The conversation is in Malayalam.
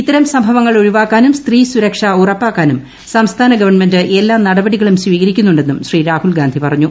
ഇത്തരം സംഭവങ്ങൾ ഒഴിവാക്കാനും സ്ത്രീ സുരക്ഷ ഉറപ്പാക്കാനും സംസ്ഥാന ഗവൺമെന്റ് എല്ലാ നടപടികളും സ്വീകരിക്കുന്നു െന്നും ശ്രീ രാഹുൽഗാന്ധി പറഞ്ഞു